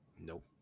Nope